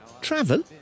Travel